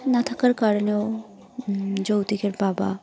না থাকার কারণেও যৌতুকে পাওয়া